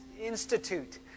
institute